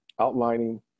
outlining